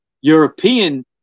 European